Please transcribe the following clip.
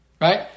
Right